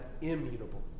immutable